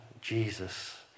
Jesus